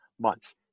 months